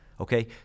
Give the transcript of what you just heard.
okay